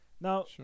Now